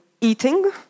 eating